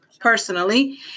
personally